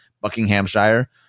Buckinghamshire